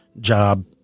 job